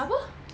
apa